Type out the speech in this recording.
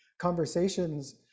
conversations